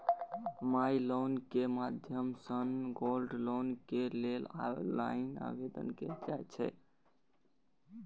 माइ loan care के माध्यम सं गोल्ड लोन के लेल ऑनलाइन आवेदन कैल जा सकै छै